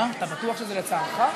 אתה בטוח שזה לצערך?